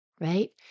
right